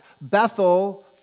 Bethel